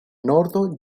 nordo